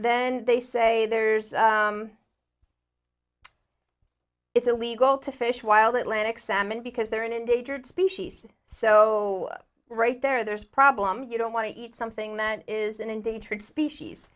then they say there's it's illegal to fish wild atlantic salmon because they're an endangered species so right there there's a problem you don't want to eat something that is an endangered species